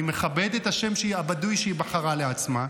אני מכבד את השם הבדוי שהיא בחרה לעצמה,